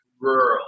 rural